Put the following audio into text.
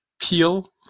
Peel